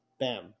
bam